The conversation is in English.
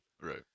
Right